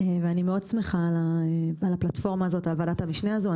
ואני מאוד שמחה על הפלטפורמה של ועדת המשנה הזו,